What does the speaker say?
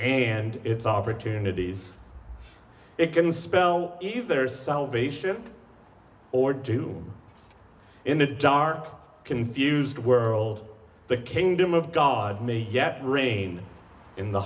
and its opportunities it can spell if there is salvation or do in the dark confused world the kingdom of god may yet reign in the